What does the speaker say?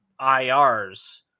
IRs